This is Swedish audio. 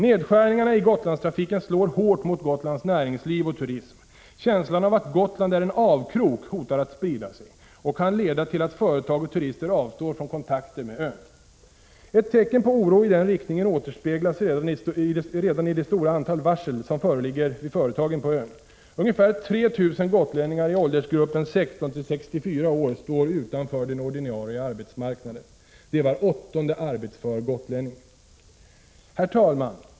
Nedskärningar i Gotlandstrafiken slår hårt mot Gotlands näringsliv och turism. Känslan av att Gotland är en avkrok hotar att sprida sig och kan leda till att företag och turister avstår från kontakter med ön. Ett tecken på oro i den riktningen återspeglas redan i det stora antal varsel som föreligger vid företagen på ön. Ungefär 3 000 gotlänningar i åldersgruppen 16-64 år står utanför den ordinarie arbetsmarknaden. Det är var åttonde arbetsför gotlänning. Herr talman!